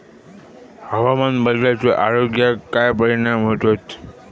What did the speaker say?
हवामान बदलाचो आरोग्याक काय परिणाम होतत?